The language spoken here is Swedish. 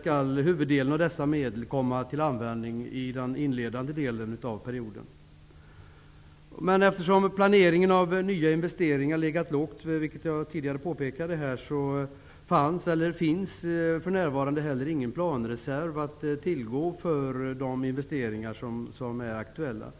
skall huvuddelen komma till användning i den inledande delen av perioden. Eftersom planeringen av nya investeringar legat lågt, vilket jag tidigare påpekade, fanns eller finns för närvarande heller ingen planreserv att tillgå för de investeringar som är aktuella.